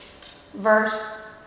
verse